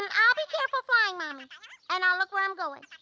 and i'll be careful flying mommy and i'll look where i'm going.